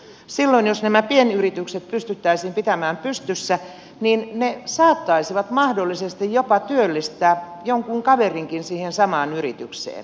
silloin jos nämä pienyritykset pystyttäisiin pitämään pystyssä ne saattaisivat mahdollisesti jopa työllistää jonkun kaverinkin siihen samaan yritykseen